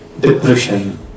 depression